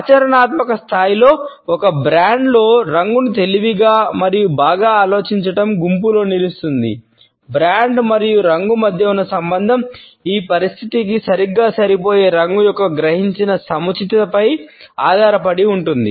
ఆచరణాత్మక స్థాయిలో ఒక బ్రాండ్లో మరియు రంగు మధ్య ఉన్న సంబంధం ఈ పరిస్థితికి సరిగ్గా సరిపోయే రంగు యొక్క గ్రహించిన సముచితతపై ఆధారపడి ఉంటుంది